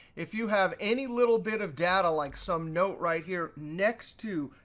if you have any little bit of data, like some note right here, next to,